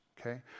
okay